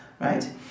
right